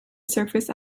surface